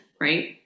right